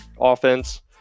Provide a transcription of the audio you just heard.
offense